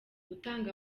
gutanga